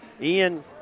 Ian